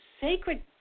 Sacred